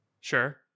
Sure